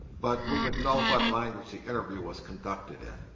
but we would know what language the interview was conducted in.